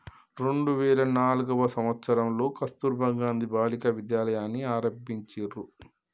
రెండు వేల నాల్గవ సంవచ్చరంలో కస్తుర్బా గాంధీ బాలికా విద్యాలయని ఆరంభించిర్రు